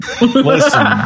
Listen